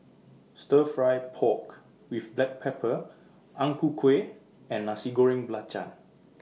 Stir Fry Pork with Black Pepper Ang Ku Kueh and Nasi Goreng Belacan